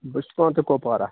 بہٕ چھُس پانہٕ تہِ کپوارہ